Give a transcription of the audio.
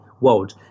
world